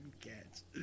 cats